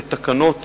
את תקנות